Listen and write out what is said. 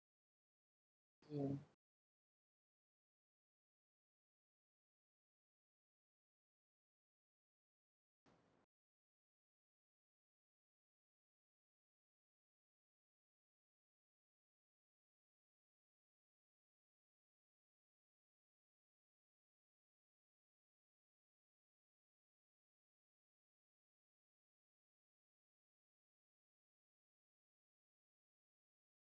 yeah